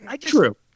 True